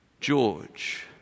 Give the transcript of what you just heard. George